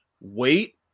wait